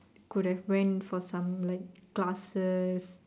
could have went for some like classes